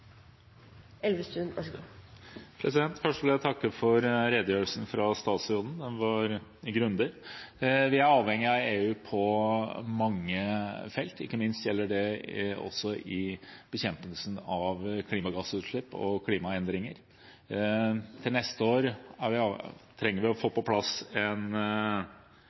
Først vil jeg takke for redegjørelsen fra statsråden. Den var grundig. Vi er avhengig av EU på mange felt, ikke minst gjelder det i bekjempelsen av klimagassutslipp og klimaendringer. Til neste år trenger vi å få på plass